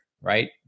right